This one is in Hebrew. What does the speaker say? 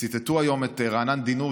ציטטו היום את רענן דינור,